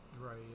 right